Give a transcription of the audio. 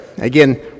Again